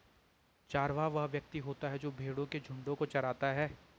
चरवाहा वह व्यक्ति होता है जो भेड़ों के झुंडों को चराता है